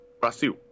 Brasil